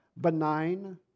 benign